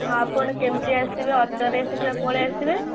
ହଁ ଆପଣ କେମତି ଆସିବେ ଅଟୋରେ ସେଇଠି ପଳେଇ ଆସିବେ